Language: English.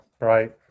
right